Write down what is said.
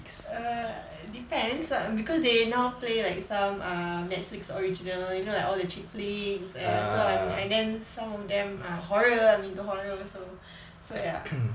err depends because they now play like some err netflix original you know like all the chick flicks so I'm and then some of them are horror I'm into horror also so ya